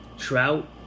Trout